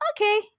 okay